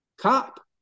cop